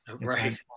Right